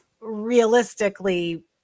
realistically